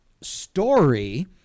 story